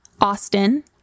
Austin